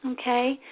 Okay